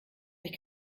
ich